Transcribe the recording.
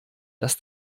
dass